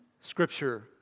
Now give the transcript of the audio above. Scripture